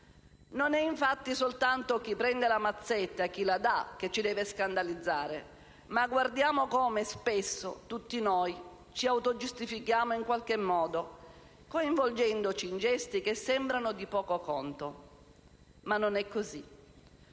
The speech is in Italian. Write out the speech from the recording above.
Non è, infatti, soltanto chi prende la mazzetta e chi la dà che ci deve scandalizzare; ma guardiamo come, spesso, tutti noi ci autogiustifichiamo in qualche modo, coinvolgendoci in gesti che sembrano di poco conto. Ma non è così.